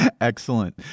Excellent